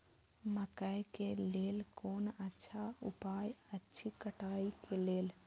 मकैय के लेल कोन अच्छा उपाय अछि कटाई के लेल?